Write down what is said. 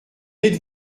êtes